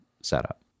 setup